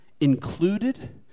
included